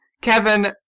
Kevin